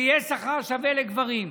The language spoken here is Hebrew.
שיהיה שווה לשכר גברים.